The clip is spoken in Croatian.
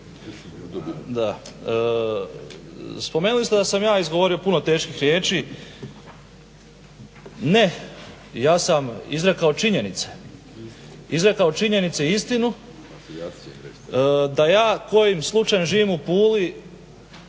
spomenuli ste da sam ja izgovorio puno teških riječi. Ne, ja sam izrekao činjenice. Izrekao činjenice i istinu da ja kojim slučajem živim u Puli